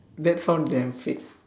that sound damn fake